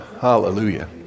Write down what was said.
Hallelujah